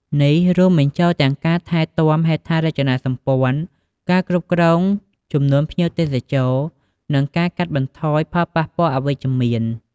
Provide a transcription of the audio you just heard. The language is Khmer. នេះរួមបញ្ចូលទាំងការថែទាំហេដ្ឋារចនាសម្ព័ន្ធ ការគ្រប់គ្រងចំនួនភ្ញៀវទេសចរ និងការកាត់បន្ថយផលប៉ះពាល់អវិជ្ជមាន។